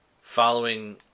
Following